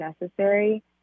necessary